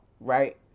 right